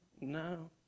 no